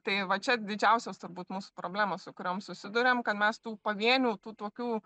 tai va čia didžiausios turbūt mūsų problemos su kuriom susiduriam kad mes tų pavienių tų tokių